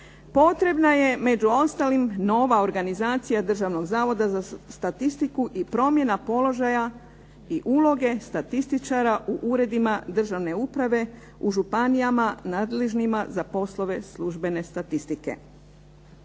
potrebna je među ostalim nova organizacija Državnog zavoda za statistiku i promjena položaja i uloge statističara u uredima državne uprave u županijama nadležnima za poslove službene statistike.